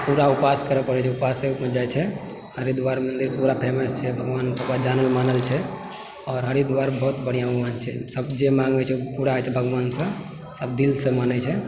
पूरा उपवास करै पड़ै छै उपवासेमे जाइ छै हरिद्वार मन्दिर पूरा फेमस छै भगवान ओतुका जानल मानल छै आओर हरिद्वार बहुत बढ़िआँ वहाँ छै सब जे माँगै छै ओ पूरा होइ छै भगवानसँ सब दिलसँ मानै छै